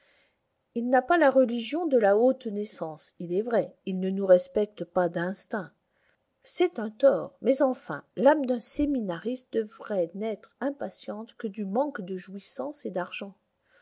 il n'a pas la religion de la haute naissance il est vrai il ne nous respecte pas d'instinct c'est un tort mais enfin l'âme d'un séminariste devrait n'être impatiente que du manque de jouissance et d'argent